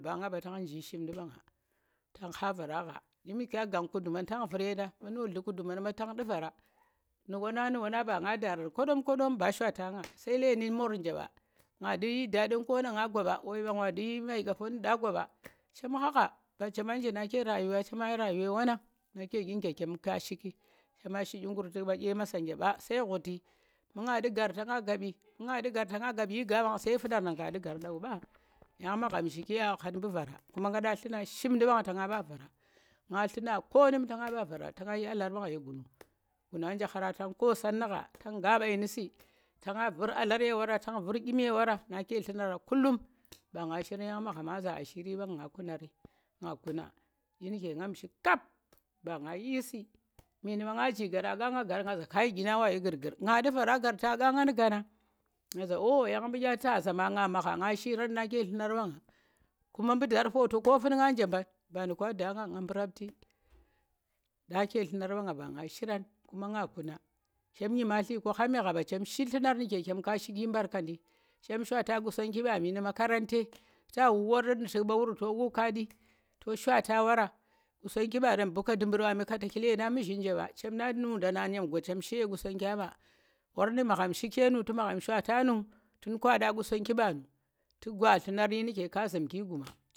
banga ɓa tang zhim shimndu̱ ɓanga tang kha vara gha jim nu̱ kya gang ku̱du̱man tang vu̱ryenda, muno dlu̱ ku̱du̱ man mba tang nɗu̱ varo, nu̱ wa nang, nu̱ wanang mba naa durang koɗom, koɗom. ba shwata nga, sai leni mor nje ɓa, nga ndu̱ Daɗin Kowa na nga gwa ɓa woi wang wa nɗu̱ maiƙaho nu̱ nda gwaɓa, chem khagha ba chema nje nake rayuwe wa nang nake dyi nuke chem kya shiki chema shi ɗyingu̱r tu̱k ɓa, ɓa, kye maso nje tu̱k ɓa sai ghuti, mu nga nɗu̱ nggar tanga gaɓi, mu nga nɗu̱ nggar tanga gaɓi, yi ngga ɓanga sai fu̱ɗari, nang ka nɗu̱ nggar ɗau ɓa yang magham shiki ya ghan mɓu vara kuma khaɓa tlu̱na shimnɗu̱ ɓanga ta nga ɓa vara, nga tlu̱na koonu̱m ta nga ɓa vara, tang yi alar ye guno, guno aa nje khara tang koo san nu̱ gha, tang gaa ɓai nu̱ su̱, ta nga vu̱r alar ye war, tanga vu̱r ɗyim ye wara, na ke tlu̱nara kullum, mba nga shiran yang magham zaa ashiiri mɓa nga, nga kunari nga kuna ɗyi nu̱ke ngam shi kap bu nga yiisu̱, menu̱ ma nga nji nggar a ƙha nga nggar, ngazha kai ɗinang wa yi gu̱rgu̱r, nga nɗii vara nggar to ƙha nagan gana?ngaza ohoh yang mɓu̱ ɗya tazha mang nga magha, nga shiran nake tlu̱nar ɓa nga, kuma mɓu̱ daar foto ko fun nga nje bang, ba nduka daa nga, nga mɓu̱raptu̱, nake tlu̱nar mɓanga ba nga shirang, kuma nga kuna, chem nyimatli ku ghami gha ɓa, chem shi tlu̱nar nu̱ke cham ka shi ɗyi mɓarkanndi, chem shwata Qusaongi ɓa mii nu̱ makarante ta wuu war nu̱ tu̱k ɓa, wur to woo ka shi, ta shwata wara, Qusonggi mɓarem mɓu̱ka ndu̱mɓu̱r ɓami kataki nllendang muzhin nje ɓa chem nang nu̱ngdanang ɗyem gwa chem shiye Qusonggya ɓa, war nu̱ magham shiki yenu̱ tu̱ magham shwata nu̱, tu̱n kwaɗa Qusonggi ɓanu̱, tu̱ gwa tlu̱nari nu̱ ke ka zhu̱mki guma